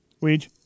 Weed